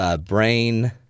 brain